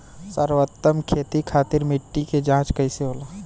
सर्वोत्तम खेती खातिर मिट्टी के जाँच कइसे होला?